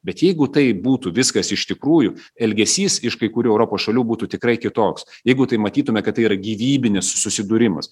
bet jeigu tai būtų viskas iš tikrųjų elgesys iš kai kurių europos šalių būtų tikrai kitoks jeigu tai matytume kad tai yra gyvybinis susidūrimas